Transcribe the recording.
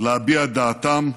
להביע את דעתם,